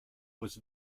was